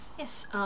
Yes